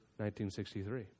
1963